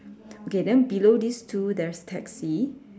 okay then below this two there's taxi